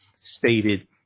stated